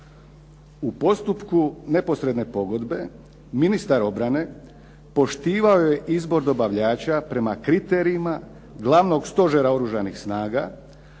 U postupku neposredne pogodbe, ministar obrane poštivao je izbor dobavljača prema kriterijima Glavnog stožera Oružanih snaga